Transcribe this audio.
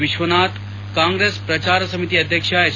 ವಿಶ್ವನಾಥ್ ಕಾಂಗ್ರೆಸ್ ಪ್ರಚಾರ ಸಮಿತಿ ಅಧ್ಯಕ್ಷ ಹೆಚ್